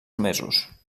mesos